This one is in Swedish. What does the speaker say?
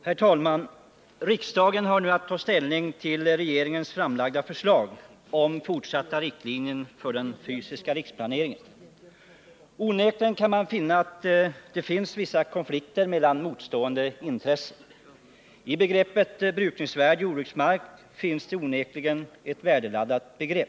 Herr talman! Riksdagen har nu att ta ställning till regeringens förslag om fortsatta riktlinjer för den fysiska riksplaneringen. Här finns vissa konflikter mellan olika intressen. Begreppet brukningsvärd jordbruksmark är onekligen värdeladdat.